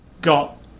got